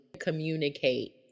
communicate